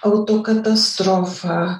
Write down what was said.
auto katastrofa